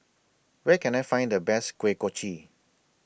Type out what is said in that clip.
Where Can I Find The Best Kuih Kochi